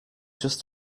just